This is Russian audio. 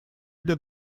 для